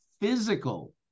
physical